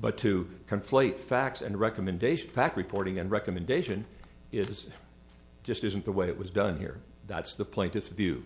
but to conflate facts and recommendation fact reporting and recommendation is just isn't the way it was done here that's the plaintiff's view